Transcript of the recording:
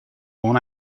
own